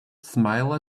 smile